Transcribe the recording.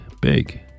big